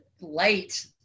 late